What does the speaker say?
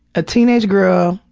a teenage girl.